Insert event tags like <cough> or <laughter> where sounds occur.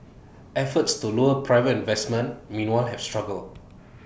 efforts to lure private investment meanwhile have struggled <noise>